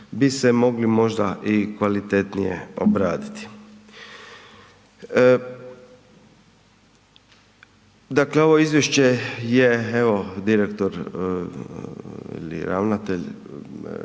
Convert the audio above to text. bi se mogli možda i kvalitetnije obraditi. Dakle, ovo izvješće je evo direktor ili ravnatelj